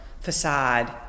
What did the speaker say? facade